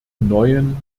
neuen